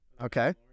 okay